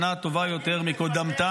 שנה טובה יותר מקודמתה.